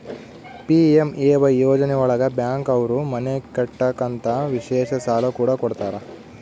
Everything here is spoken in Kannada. ಪಿ.ಎಂ.ಎ.ವೈ ಯೋಜನೆ ಒಳಗ ಬ್ಯಾಂಕ್ ಅವ್ರು ಮನೆ ಕಟ್ಟಕ್ ಅಂತ ವಿಶೇಷ ಸಾಲ ಕೂಡ ಕೊಡ್ತಾರ